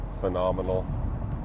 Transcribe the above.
phenomenal